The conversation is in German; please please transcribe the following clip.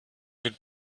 mit